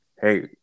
hey